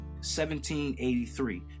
1783